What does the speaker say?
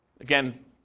Again